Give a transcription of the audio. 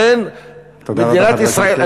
אני מבקש לסיים.